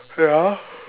ya